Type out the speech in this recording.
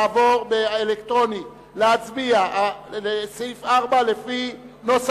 ג'מאל זחאלקה וחנין זועבי לסעיף 4 לא נתקבלה.